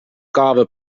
cova